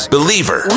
Believer